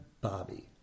Bobby